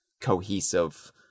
cohesive